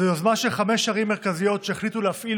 זו יוזמה של חמש ערים מרכזיות שהחליטו להפעיל